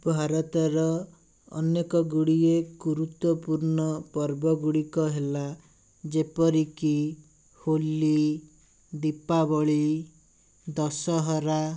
ଭାରତର ଅନେକ ଗୁଡ଼ିଏ ଗୁରୁତ୍ୱପୂର୍ଣ୍ଣ ପର୍ବ ଗୁଡ଼ିକ ହେଲା ଯେପରିକି ହୋଲି ଦୀପାବଳି ଦଶହରା